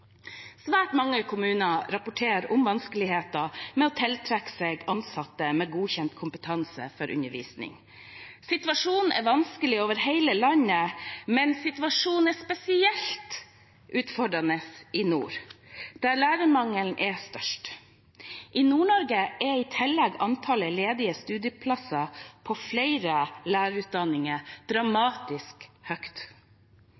Svært mange kommuner rapporterer om vanskeligheter med å tiltrekke seg ansatte med godkjent kompetanse for undervisning. Situasjonen er vanskelig over hele landet, men spesielt utfordrende i nord, der lærermangelen er størst. I Nord-Norge er i tillegg antallet ledige studieplasser ved flere lærerutdanninger